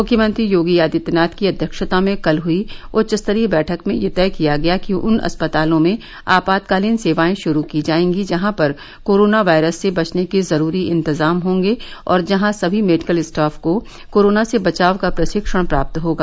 मुख्यमंत्री योगी आदित्यनाथ की अध्यक्षता में कल हई उच्चस्तरीय बैठक में तय किया गया कि उन अस्पतालों में आपातकालीन सेवाएं श्रू की जाएगी जहां पर कोरोना वायरस से बचने के जरूरी इंतजाम होंगे और जहां सभी मेडिकल स्टाफ को कोरोना से बचाव का प्रशिक्षण प्राप्त होगा